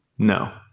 No